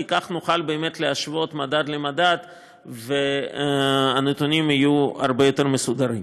כי כך נוכל באמת להשוות מדד למדד והנתונים יהיו הרבה יותר מסודרים.